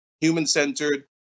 human-centered